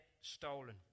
stolen